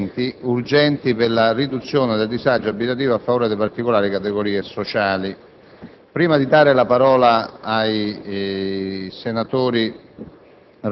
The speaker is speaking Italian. recante interventi urgenti per la riduzione del disagio abitativo in favore di particolari categorie sociali***